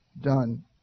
done